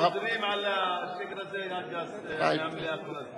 הם חוזרים על השקר הגס הזה במליאה כל הזמן.